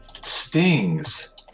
Stings